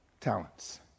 talents